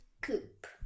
coop